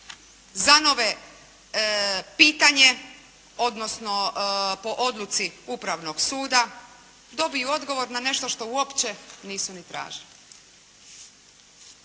zanove pitanje odnosno po odluci Upravnog suda, dobiju odgovor na nešto što uopće nisu ni tražili.